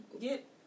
get